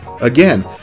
Again